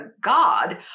god